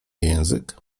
język